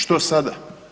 Što sada?